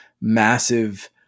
massive